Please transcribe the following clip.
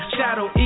Shadow